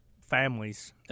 families